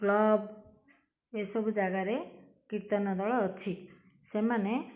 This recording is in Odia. କ୍ଲବ୍ ଏସବୁ ଜାଗାରେ କୀର୍ତ୍ତନ ଦଳ ଅଛି ସେମାନେ